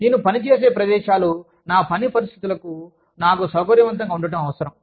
నేను పనిచేసే ప్రదేశాలు నా పని పరిస్థితులు నాకు సౌకర్యవంతంగా ఉండటం అవసరం